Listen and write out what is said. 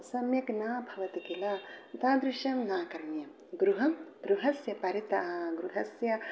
सम्यक् न भवति किल तादृशं न करणीयं गृहं गृहस्य परितः गृहस्य